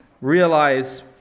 realize